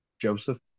Joseph